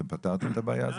אתם פתרתם את הבעיה הזאת?